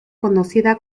conocida